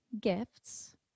gifts